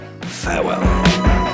Farewell